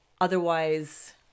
Otherwise